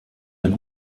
ein